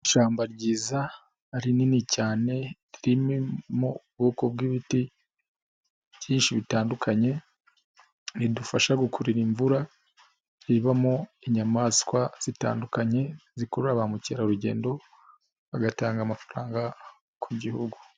Ishyamba ryiza, rinini cyane, ririmo ubwoko bw'ibiti, byinshi bitandukanye, bidufasha gukurura imvura, ribamo inyamaswa zitandukanye, zikurura ba mukerarugendo, bagatanga amafaranga, ku gihugu.